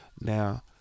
Now